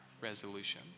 resolution